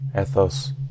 Ethos